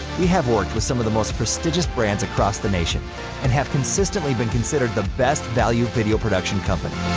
we have worked with some of the most prestigious brands across the nation and have consistently been considered the best value video production company.